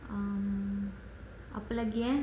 um apa lagi eh